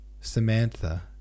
Samantha